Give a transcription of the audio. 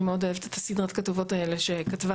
אני מאוד אוהבת את סדרת הכתבות האלה שכתבה